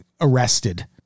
arrested